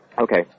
Okay